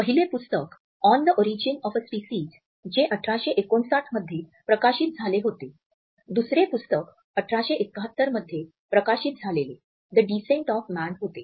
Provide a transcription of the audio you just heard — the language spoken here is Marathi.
पहिले पुस्तक 'on the origin of a species' जे १८५९ मध्ये प्रकाशित झाले होते दुसरे पुस्तक १८७१ मध्ये प्रकाशित झालेले 'द डिसेंट ऑफ मॅन' होते